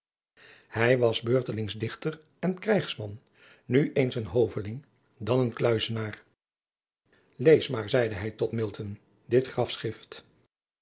hij was beurtelings dichter en krijgsman nu eens een hoveling dan een kluizenaar lees maar zeide hij tot milton dit grafschrift